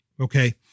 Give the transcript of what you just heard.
Okay